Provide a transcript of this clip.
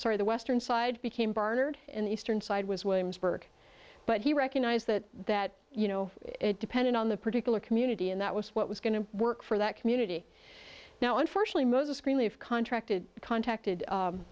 side of the western side became barnard and the eastern side was williamsburg but he recognized that that you know it depended on the particular community and that was what was going to work for that community now unfortunately most discreetly of contracted contacted